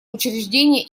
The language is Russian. учреждения